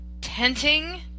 tenting